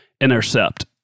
Intercept